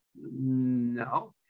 No